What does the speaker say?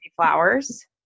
Flowers